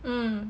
hmm